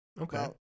Okay